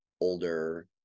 older